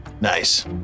Nice